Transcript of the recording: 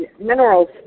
minerals